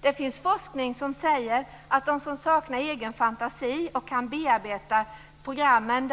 Det finns forskning som säger att de som saknar egen fantasi och därmed inte kan bearbeta programmen